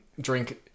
drink